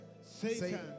Satan